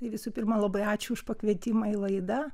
tai visų pirma labai ačiū už pakvietimą į laidą